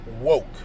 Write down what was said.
woke